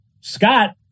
Scott